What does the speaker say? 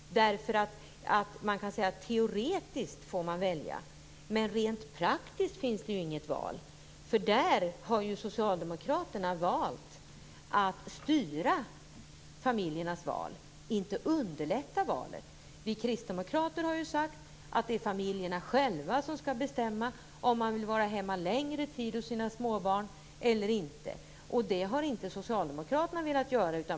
I teorin går det att välja, men rent praktiskt finns inget val. Socialdemokraterna har valt att styra familjernas val, inte att underlätta valet. Kristdemokraterna har sagt att det är familjerna själva som skall bestämma om de vill vara hemma längre tid hos sina småbarn eller inte. Det har Socialdemokraterna inte velat göra.